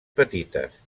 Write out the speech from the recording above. petites